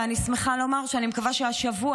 ואני שמחה לומר שאני מקווה שכבר השבוע